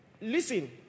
listen